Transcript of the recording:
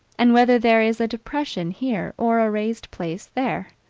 and whether there is a depression here or a raised place there.